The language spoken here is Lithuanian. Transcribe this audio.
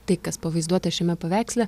tai kas pavaizduota šiame paveiksle